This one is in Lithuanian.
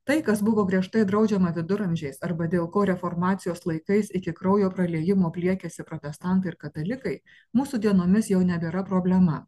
tai kas buvo griežtai draudžiama viduramžiais arba dėl ko reformacijos laikais iki kraujo praliejimo pliekiasi protestantai ir katalikai mūsų dienomis jau nebėra problema